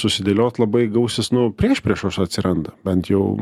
susidėliot labai gausis nu priešpriešos atsiranda bent jau